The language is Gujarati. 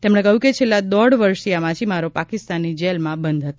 તેમણે કહ્યું કે છેલ્લા દોઢ વર્ષથી આ માછીમારો પાકિસ્તાનની જેલમાં બંધ હતા